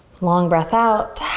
long breath out.